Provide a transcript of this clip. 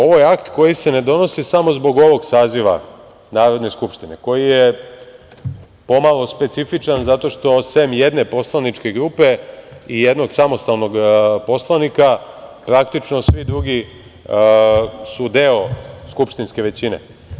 Ovo je akt koji se ne donosi samo zbog ovog saziva Narodne skupštine, koji je pomalo specifičan zato što, sem jedne poslaničke grupe i jednog samostalnog poslanika, praktično svi drugi su deo skupštinske većine.